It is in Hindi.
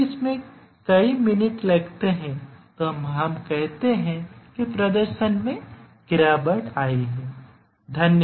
अगर इसमें कई मिनट लगते हैं तो हम कहते हैं कि प्रदर्शन में गिरावट आई है